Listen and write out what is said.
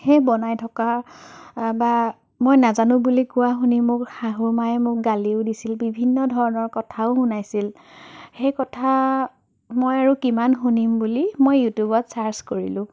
সেই বনাই থকা বা মই নাজানো বুলি কোৱা শুনি মোৰ শাহু মায়ে মোক গালিও দিছিল বিভিন্ন ধৰণৰ কথাও শুনাইছিল সেই কথা মই আৰু কিমান শুনিম বুলি মই ইউটিউবত চাৰ্চ কৰিলোঁ